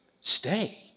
stay